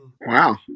wow